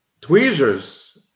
Tweezers